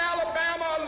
Alabama